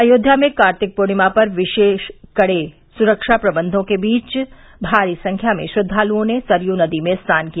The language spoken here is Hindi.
अयोध्या में कार्तिक पूर्णिमा पर कड़े सुरक्षा प्रबंवों के बीच भारी संख्या में श्रद्वालुओं ने सरयू नदी में स्नान किया